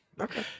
okay